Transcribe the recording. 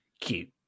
Cute